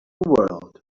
world